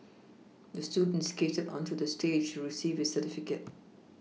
the student skated onto the stage receive his certificate